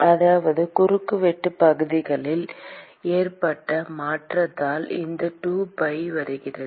அதாவது குறுக்கு வெட்டு பகுதியில் ஏற்பட்ட மாற்றத்தால் இந்த 2pi வருகிறது